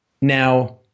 Now